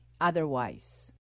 otherwise